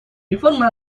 реформы